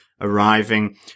arriving